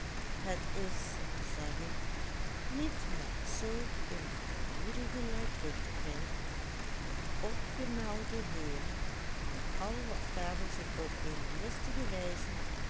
dat opgemelde heeren en al wat verder zich op eene listige wijze